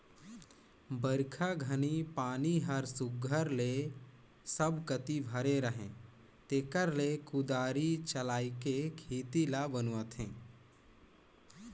बरिखा घनी पानी हर सुग्घर ले सब कती भरे रहें तेकरे ले कुदारी चलाएके खेत ल बनुवाथे